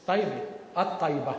א-טייבה.